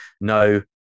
no